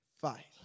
fight